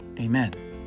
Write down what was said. Amen